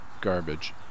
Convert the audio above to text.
garbage